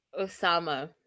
Osama